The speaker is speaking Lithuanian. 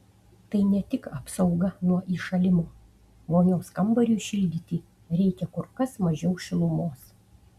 tai ne tik apsauga nuo įšalimo vonios kambariui šildyti reikia kur kas mažiau šilumos